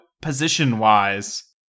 position-wise